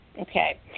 Okay